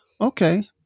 Okay